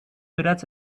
bereits